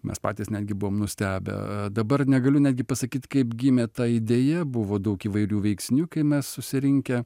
mes patys netgi buvom nustebę dabar negaliu netgi pasakyt kaip gimė ta idėja buvo daug įvairių veiksnių kai mes susirinkę